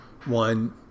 one